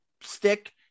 stick